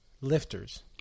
lifters